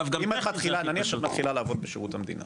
נניח שאת מתחילה לעבוד בשירות המדינה.